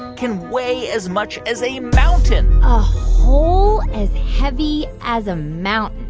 can weigh as much as a mountain a hole as heavy as a mountain.